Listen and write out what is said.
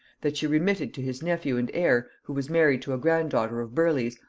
that she remitted to his nephew and heir, who was married to a grand-daughter of burleigh's,